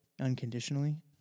unconditionally